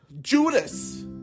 Judas